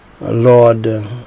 Lord